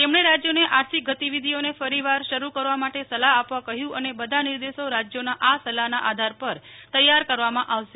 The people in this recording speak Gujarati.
તેમણે રાજ્યોને આર્થિક ગતિવિધિઓને ફરી વાર શરુ કરવા માટે સલાહ આપવા કહ્યું અને બધા નિર્દેશો રાજ્યોના આ સલાહના આધાર પર તૈયાર કરવામાં આવશે